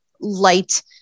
light